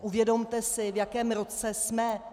Uvědomte si, v jakém roce jsme.